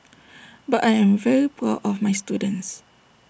but I am very proud of my students